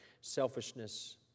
selfishness